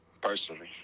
personally